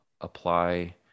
apply